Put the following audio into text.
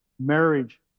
marriage